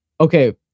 okay